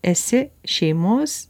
esi šeimos